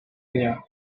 rien